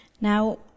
now